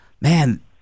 man